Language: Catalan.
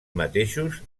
mateixos